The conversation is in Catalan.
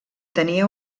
tenia